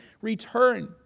return